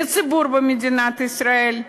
לציבור במדינת ישראל,